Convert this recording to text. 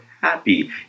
happy